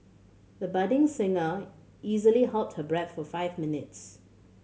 the budding singer easily held her breath for five minutes